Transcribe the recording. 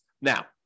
Now